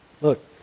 Look